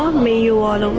um ah you wanna